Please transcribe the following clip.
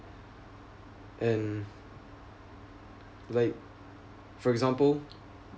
and like for example